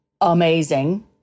amazing